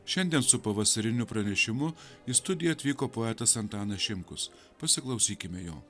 šiandien su pavasariniu pranešimu į studiją atvyko poetas antanas šimkus pasiklausykime jo